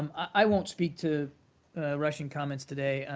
um i won't speak to russian comments today.